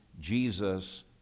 Jesus